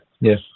yes